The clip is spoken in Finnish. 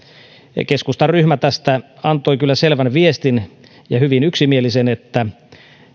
ja keskustan ryhmä tästä antoi kyllä selvän ja hyvin yksimielisen viestin että